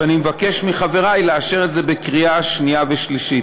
ואני מבקש מחברי לאשר את הצעת החוק בקריאה השנייה והשלישית.